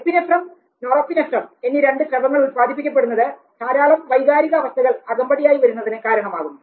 epinephrine norepinephrine എന്നീ രണ്ട് സ്രവങ്ങൾ ഉൽപാദിപ്പിക്കപ്പെടുന്നത് ധാരാളം വൈകാരിക അവസ്ഥകൾ അകമ്പടിയായി വരുന്നതിന് കാരണമാകുന്നു